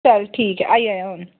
चल ठीक आई जाएआं हून